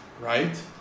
right